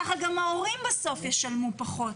כך גם ההורים בסוף ישלמו פחות.